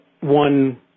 one